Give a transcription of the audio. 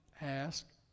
ask